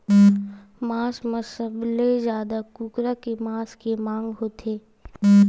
मांस म सबले जादा कुकरा के मांस के मांग होथे